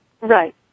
Right